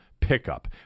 pickup